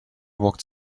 walked